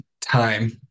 time